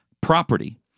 property